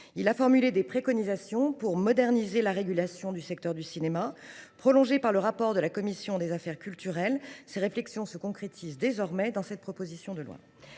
aussi formulé des préconisations pour moderniser la régulation du secteur du cinéma. Prolongées par le rapport d’information de la commission des affaires culturelles du Sénat, ces réflexions se concrétisent désormais dans cette proposition de loi.